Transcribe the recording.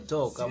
Talk